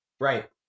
Right